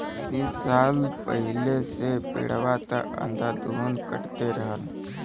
बीस साल पहिले से पेड़वा त अंधाधुन कटते रहल